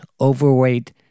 overweight